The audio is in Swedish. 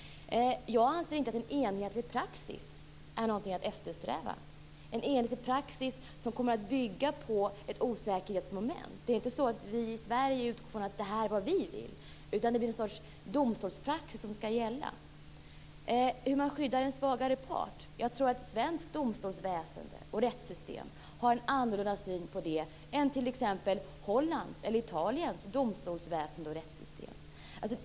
Jag anser inte att en enhetlig praxis är någonting att eftersträva. En sådan enhetlig praxis skulle komma att bygga på ett osäkerhetsmoment. Det är inte så att vi i Sverige utgår från vad vi vill, utan det blir en sorts domstolspraxis som skall gälla. Jag tror att svenskt domstolsväsende och rättssystem har en annorlunda syn på hur man skyddar en svagare part än vad t.ex. Hollands eller Italiens domstolsväsende och rättssystem har.